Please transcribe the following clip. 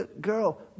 girl